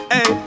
Hey